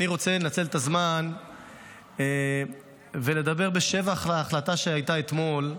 אני רוצה לנצל את הזמן ולדבר בשבח ההחלטה שהייתה אתמול,